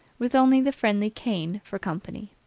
with only the friendly cane for company.